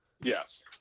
Yes